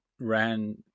ran